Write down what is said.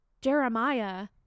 jeremiah